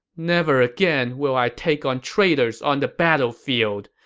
never again will i take on traitors on the battlefield!